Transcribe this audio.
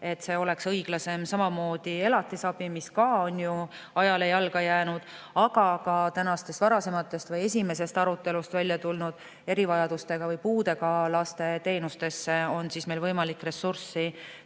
et see oleks õiglasem, samamoodi elatisabi, mis ka on ajale jalgu jäänud. Aga ka tänasest esimesest arutelust välja tulnud erivajadustega või puudega laste teenustesse on meil võimalik ressurssi